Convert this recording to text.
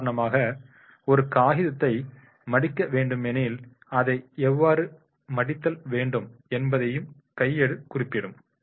உதாரணமாக ஒரு காகிதத்தை மடிக்க வேண்டுமெனில்அதை எவ்வாறு மடித்தல் வேண்டும் என்பதையும் கையேடு குறிப்பிடும்